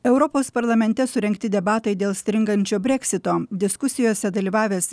europos parlamente surengti debatai dėl stringančio breksito diskusijose dalyvavęs